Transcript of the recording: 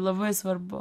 labai svarbu